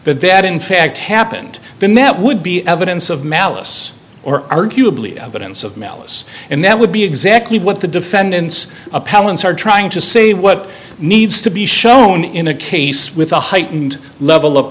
that that in fact happened then that would be evidence of malice or arguably evidence of malice and that would be exactly what the defendant's appellants are trying to say what needs to be shown in a case with a heightened level of